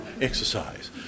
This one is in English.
exercise